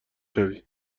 شوی